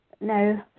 No